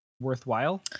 worthwhile